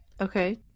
Okay